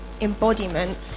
embodiment